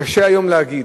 קשה להגיד,